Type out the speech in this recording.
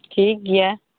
ᱴᱷᱤᱠ ᱜᱮᱭᱟ